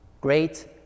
great